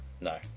No